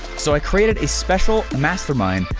so i created a special master mind,